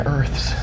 Earths